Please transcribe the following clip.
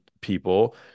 people